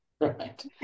Right